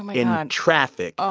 um in ah traffic. oh,